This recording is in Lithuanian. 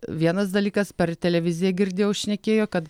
vienas dalykas per televiziją girdėjau šnekėjo kad